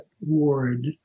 ward